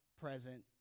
present